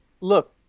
look